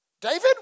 David